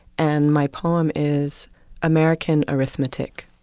and my poem is american arithmetic.